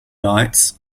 lights